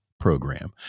program